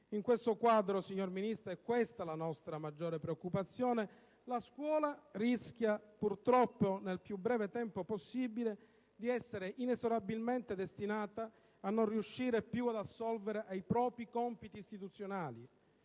In questo quadro, signora Ministro (è questa la nostra maggiore preoccupazione), la scuola rischia purtroppo, nel più breve tempo possibile, di essere inesorabilmente destinata a non riuscire più ad assolvere ai propri compiti istituzionali: